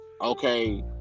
okay